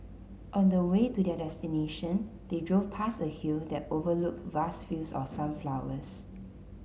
on the way to their destination they drove past a hill that overlooked vast fields of sunflowers